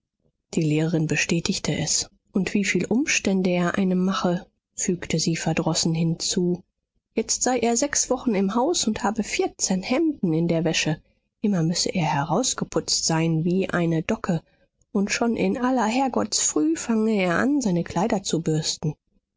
die lehrerin bestätigte es und wieviel umstände er einem mache fügte sie verdrossen hinzu jetzt sei er sechs wochen im haus und habe vierzehn hemden in der wäsche immer müsse er herausgeputzt sein wie eine docke und schon in aller herrgottsfrüh fange er an seine kleider zu bürsten